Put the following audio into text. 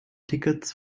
tickets